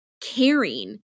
caring